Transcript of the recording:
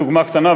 דוגמה קטנה,